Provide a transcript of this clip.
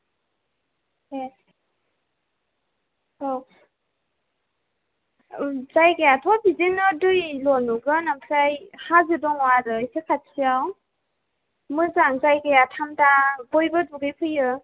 ए औ जायगायाथ' बिदिनो दैल' नुगोन आमफ्राय हाजो दङ आरो एसे खाथिआव मोजां जायगाया थानदा बयबो दुगै फैयो